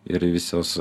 ir visus